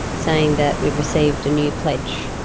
saying that we've received a new pledge.